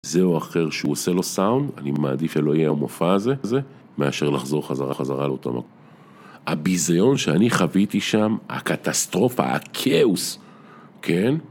זהו אחר שהוא עושה לו סאונד, אני מעדיף אלוהיה ומופע הזה, מאשר לחזור חזרה חזרה לאותו מקום. הביזיון שאני חוויתי שם, הקטסטרופה, הכאוס, כן?